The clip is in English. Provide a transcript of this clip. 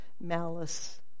malice